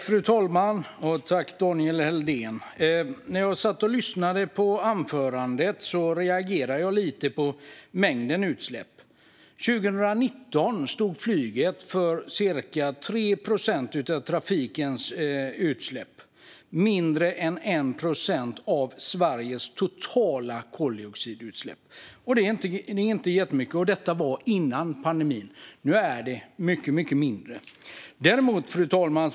Fru talman och Daniel Helldén! När jag satt och lyssnade på anförandet reagerade jag lite på mängden utsläpp som nämndes. År 2019 stod flyget för cirka 3 procent av trafikens utsläpp och mindre än 1 procent av Sveriges totala koldioxidutsläpp. Det är inte jättemycket, och detta var före pandemin. Nu är det mycket mindre. Fru talman!